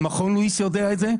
מכון לואיס יודע את זה,